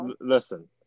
Listen